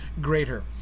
greater